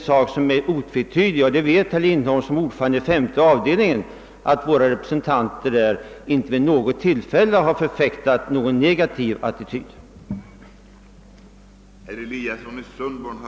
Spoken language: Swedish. Som ordförande i femte avdelningen vet herr Lindholm att våra representanter där inte vid något tillfälle har förfäktat en negativ attityd i detta sammanhang.